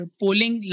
polling